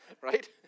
right